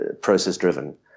process-driven